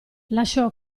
lasciò